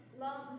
Love